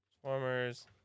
Transformers